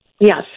Yes